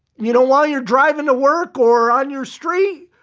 you know, while you're driving to work or on your street,